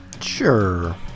Sure